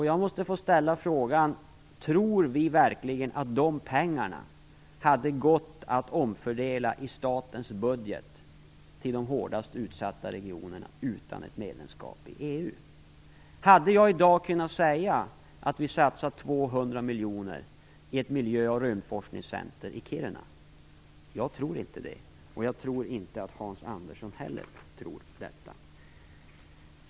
Jag vill ställa frågan: Tror ni verkligen att dessa pengar hade gått att omfördela i statens budget till de hårdast utsatta regionerna utan ett medlemskap i EU? Hade jag annars i dag kunnat säga att vi satsar 200 miljoner kronor i ett miljö och rymdforskningscenter i Kiruna? Jag tror inte det, och jag tror inte heller att Hans Andersson gör det.